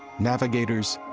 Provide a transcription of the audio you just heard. navigators,